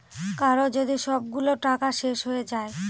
কারো যদি সবগুলো টাকা শেষ হয়ে যায়